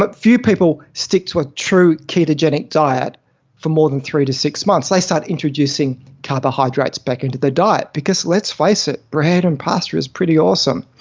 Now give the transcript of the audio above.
but few people stick to a true ketogenic diet for more than three six months. they start introducing carbohydrates back into their diet because, let's face it, bread and pasta is pretty awesome.